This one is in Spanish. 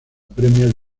premier